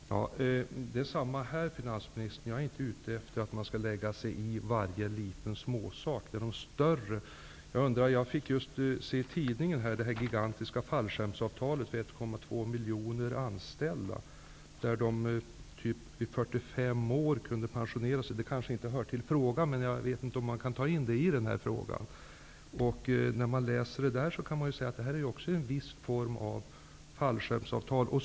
Herr talman! Det är samma sak i fråga om detta, finansministern. Jag är inte ute efter att vi skall lägga oss i varje liten småsak, utan det gäller de större frågorna. Jag fick just se vad som skrivs i tidningen om det gigantiska fallskärmsavtalet för 1,2 miljoner anställda, som vid 45 års ålder har möjlighet att pensionera sig. Det kanske inte hör till frågan, men det kanske ändå kan tas upp inom ramen för min fråga. Det här är ju också en viss form av fallskärmsavtal.